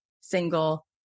single